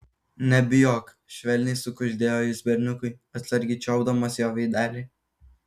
nebijok švelniai sukuždėjo jis berniukui atsargiai čiuopdamas jo veidelį